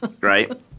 right